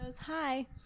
Hi